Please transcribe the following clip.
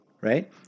right